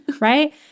Right